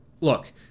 look